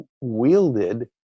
wielded